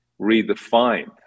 redefined